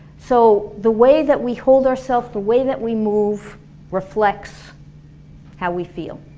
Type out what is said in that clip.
so the way that we hold ourself, the way that we move reflects how we feel.